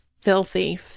filthy